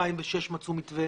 אלפיים ושש מצאו מתווה